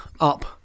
up